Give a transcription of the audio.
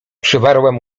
przywarłem